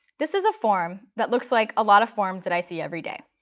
this is a form that looks like a lot of forms that i see every day.